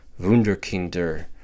wunderkinder